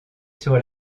sur